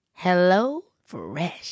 HelloFresh